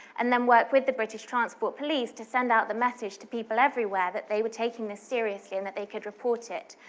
and then work with the british transport police to send out the message to people everywhere that they were taking this seriously and they could report it.